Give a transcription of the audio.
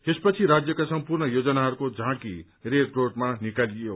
यसपछि राज्यका सम्पूर्ण योजनाहरूको झाँकी रेड रोडमा निकालियो